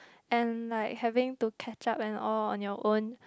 and like having to catch up and all on your own